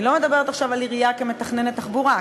אני לא מדברת עכשיו על העירייה כמתכננת תחבורה,